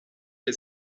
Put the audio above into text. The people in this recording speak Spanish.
que